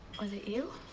was it you?